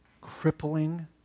crippling